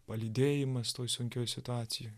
palydėjimas toj sunkioj situacijoj